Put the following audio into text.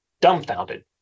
dumbfounded